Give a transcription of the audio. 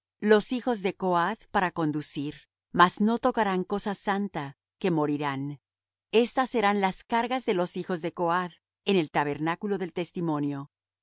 los hijos de coath para conducir mas no tocarán cosa santa que morirán estas serán las cargas de los hijos de coath en el tabernáculo del testimonio